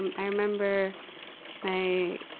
um i remember my, ah,